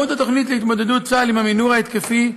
מהות התוכנית להתמודדות צה"ל עם המנהור ההתקפי,